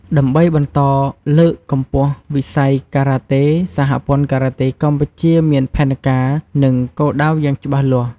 ដើម្បីបន្តលើកកម្ពស់វិស័យការ៉ាតេ សហព័ន្ធការ៉ាតេកម្ពុជាមានផែនការ និងគោលដៅយ៉ាងច្បាស់លាស់៖